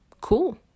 Cool